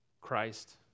Christ